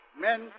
Men